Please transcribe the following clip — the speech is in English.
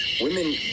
Women